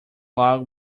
log